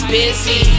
busy